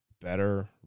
better